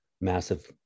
massive